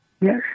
Yes